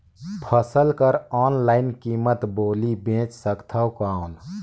फसल कर ऑनलाइन कीमत बोली बेच सकथव कौन?